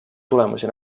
tulemusi